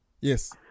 Yes